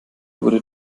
wurde